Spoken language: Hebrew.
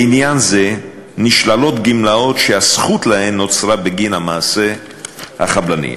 בעניין זה נשללות גמלאות שהזכות להן נוצרה בגין המעשה החבלני.